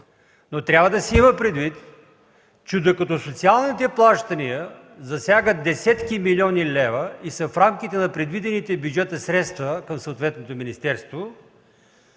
Но трябва да се има предвид, че докато социалните плащания засягат десетки милиони лева и са в рамките на предвидените в бюджета средства към съответното министерство,